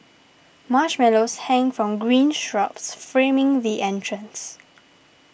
marshmallows hang from green shrubs framing the entrance